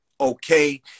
okay